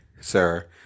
sir